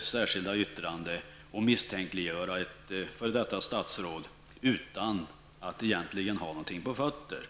särskilda yttrande och genom att misstänkliggöra ett f.d. statsråd utan att egentligen ha någonting på fötterna.